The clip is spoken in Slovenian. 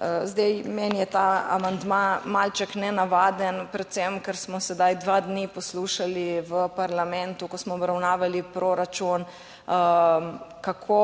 Zdaj meni je ta amandma malček nenavaden predvsem, ker smo sedaj dva dni poslušali v parlamentu, ko smo obravnavali proračun kako